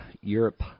Europe